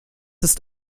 ist